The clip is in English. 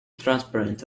transparent